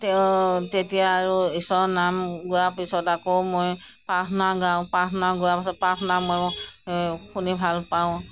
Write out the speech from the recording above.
তেওঁ তেতিয়া আৰু ঈশ্বৰৰ নাম গোৱাৰ পিছত আকৌ মই প্ৰাৰ্থনা গাওঁ প্ৰাৰ্থনা গোৱাৰ পিছত প্ৰাৰ্থনা ময়ো শুনি ভালপাওঁ